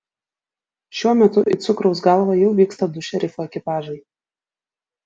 šiuo metu į cukraus galvą jau vyksta du šerifo ekipažai